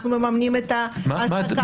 אנחנו מממנים את ההעסקה.